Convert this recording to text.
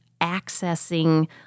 accessing